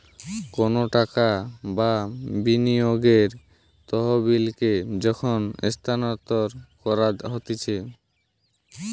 কোনো টাকা বা বিনিয়োগের তহবিলকে যখন স্থানান্তর করা হতিছে